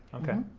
okay.